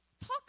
talk